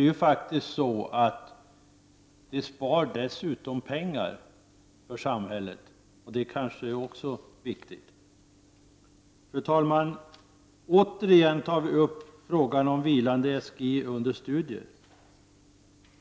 En sådan reform skulle dessutom spara pengar för samhället, något som naturligtvis också är viktigt. Fru talman! Återigen tar vi upp frågan om vilande SGI under studier.